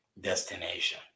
destination